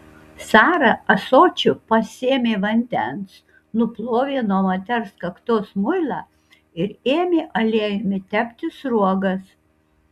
sara ąsočiu pasėmė vandens nuplovė nuo moters kaktos muilą ir ėmė aliejumi tepti sruogas